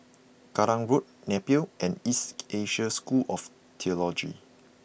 Kallang Road Napier and East Asia School of Theology